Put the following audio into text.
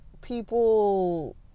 people